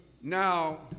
Now